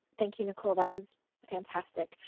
thank you, nicole, that was fantastic.